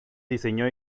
diseño